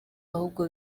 ahubwo